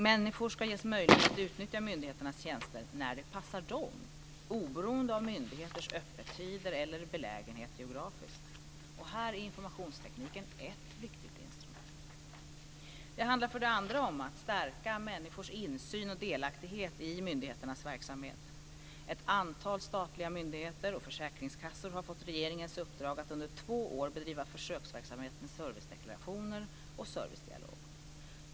Medborgare ska ges möjlighet att utnyttja myndigheternas tjänster när det passar dem, oberoende av myndigheters öppettider eller belägenhet geografiskt. Här är informationstekniken ett viktigt instrument. Det handlar för det andra om att stärka människors insyn och delaktighet i myndigheternas verksamhet. Ett antal statliga myndigheter och försäkringskassor har fått regeringens uppdrag att under två år bedriva försöksverksamhet med servicedeklarationer och servicedialog.